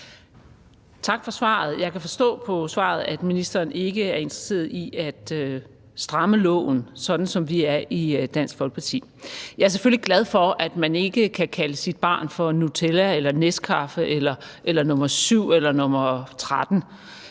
Tak for svaret. Jeg kan forstå på svaret, at ministeren ikke er interesseret i at stramme loven, sådan som vi er i Dansk Folkeparti. Jeg er selvfølgelig glad for, at man ikke kan kalde sit barn for Nutella eller Neskaffe eller Nr. 7 eller Nr. 13,